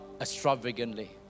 extravagantly